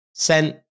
sent